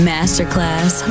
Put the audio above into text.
Masterclass